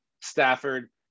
Stafford